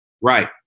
Right